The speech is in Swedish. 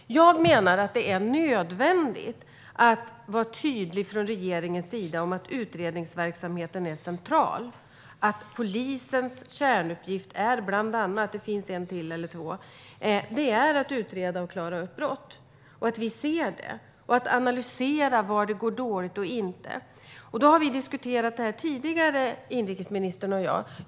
Jag menar att det är nödvändigt att vara tydlig från regeringens sida om att utredningsverksamheten är central. En av polisens kärnuppgifter - det finns en eller två till - är att utreda och klara upp brott. Vi ska se det och analysera var det går dåligt och var det inte gör det. Inrikesministern och jag har diskuterat detta tidigare.